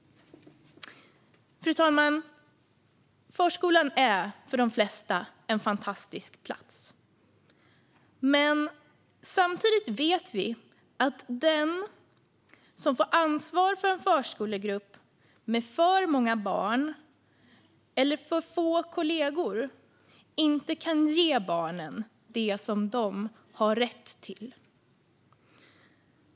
Fru talman! Förskolan är för de flesta en fantastisk plats. Samtidigt vet vi att den som får ansvar för en förskolegrupp med för många barn eller för få kollegor inte kan ge barnen det som de har rätt till.